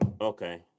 Okay